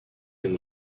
him